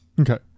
Okay